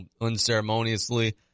unceremoniously